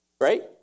Right